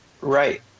Right